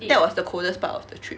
that was the coldest part of the trip